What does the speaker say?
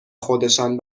خودشان